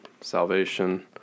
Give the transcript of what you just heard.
salvation